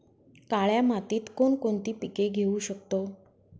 काळ्या मातीत कोणकोणती पिके घेऊ शकतो?